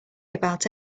about